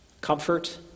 Comfort